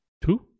two